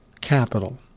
capital